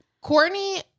Courtney